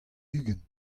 ugent